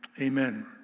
Amen